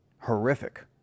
horrific